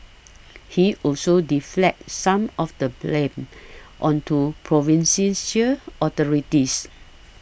he also deflected some of the blame onto province sincere authorities